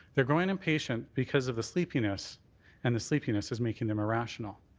they're growing impatient because of the sleepiness and the sleepiness is making them irrational.